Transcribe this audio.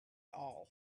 all